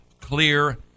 clear